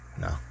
no